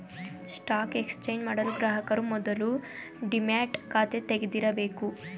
stock exchange ಮಾಡಲು ಗ್ರಾಹಕರು ಮೊದಲು ಡಿಮ್ಯಾಟ್ ಖಾತೆ ತೆಗಿದಿರಬೇಕು